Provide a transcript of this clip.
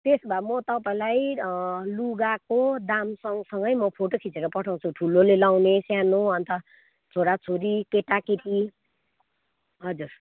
त्यसो भए म तपाईँलाई लुगाको दाम सँगसँगै म फोटो खिचेर पठाउँछु ठुलोले लगाउने सानो अन्त छोराछोरी केटाकेटी हजुर